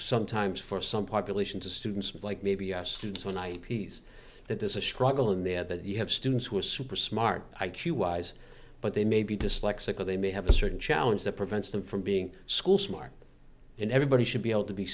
sometimes for some populations of students like maybe yes students when i piece that there's a struggle in there that you have students who are super smart i q wise but they may be dyslexic or they may have a certain challenge that prevents them from being school smart and everybody should be able to be